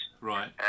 Right